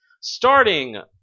Starting